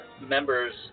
members